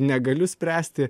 negaliu spręsti